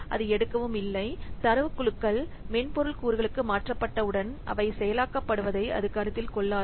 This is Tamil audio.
அது எடுக்கவில்லை தரவுக் குழுக்கள் மென்பொருள் கூறுகளுக்கு மாற்றப்பட்டவுடன் அவை செயலாக்கப்படுவதை அது கருத்தில் கொள்ளாது